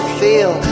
feel